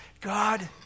God